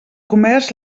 comerç